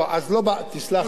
לא, תסלח לי.